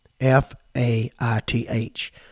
F-A-I-T-H